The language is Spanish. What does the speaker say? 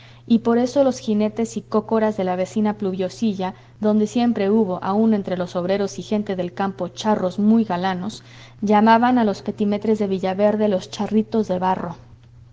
y por eso los jinetes y cócoras de la vecina pluviosilla donde siempre hubo aun entre los obreros y gente del campo charros muy galanos llamaban a los petimetres de villaverde los charritos de barro